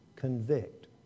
Convict